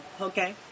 okay